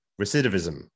recidivism